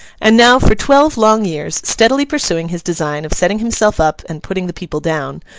and now, for twelve long years, steadily pursuing his design of setting himself up and putting the people down,